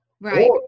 Right